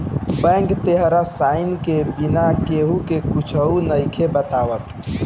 bank तोहार sign के बिना केहु के कुच्छो नइखे बतावत